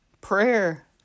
Prayer